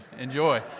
enjoy